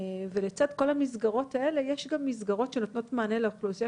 ולצד כל המסגרות האלה יש גם מסגרות שנותנת מענה לאוכלוסייה